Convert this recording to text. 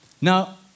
Now